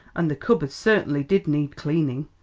and the cupboards certainly did need cleaning.